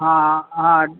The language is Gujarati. હા હા